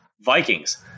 Vikings